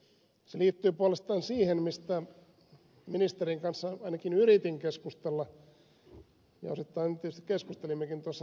se liittyy puolestaan siihen mistä ministerin kanssa ainakin yritin keskustella ja osittain tietysti keskustelimmekin tuossa debatissa eli tähän kuuluisaan ohituskaistailmiöön